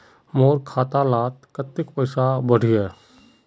मोर खाता डात कत्ते पैसा बढ़ियाहा?